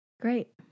Great